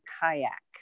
kayak